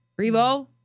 Revo